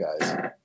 guys